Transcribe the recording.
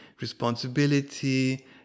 responsibility